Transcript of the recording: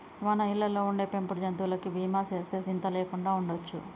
మన ఇళ్ళలో ఉండే పెంపుడు జంతువులకి బీమా సేస్తే సింత లేకుండా ఉండొచ్చు